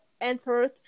entered